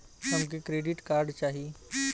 हमके credit card चाही